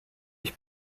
ich